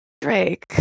Drake